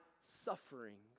sufferings